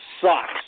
sucks